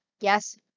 Yes